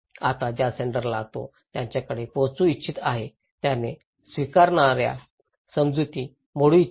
आता ज्या सेंडरना तो त्याच्याकडे पोहचू इच्छित आहे त्याने स्वीकारणार्याच्या समजुती मोडू इच्छित नाही